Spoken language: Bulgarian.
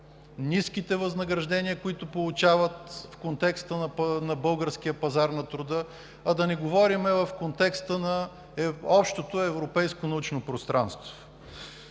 ниските възнаграждения, които получават в контекста на българския пазар на труда, а да не говорим в контекста на общото европейско научно пространство.